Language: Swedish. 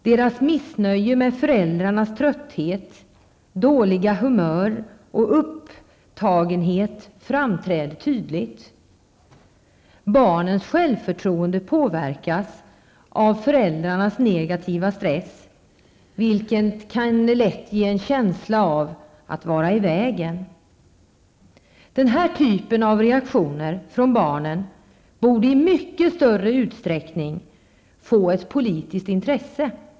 Deras missnöje med föräldrarnas trötthet, dåliga humör och upptagenhet framträder tydligt. Barnens självförtroende påverkas av föräldrarnas negativa stress, vilket lätt kan ge en känsla av att ''vara i vägen''. Denna typ av reaktioner från barnen borde i mycket större utsträckning tillmätas politiskt intresse.